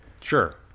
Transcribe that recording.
Sure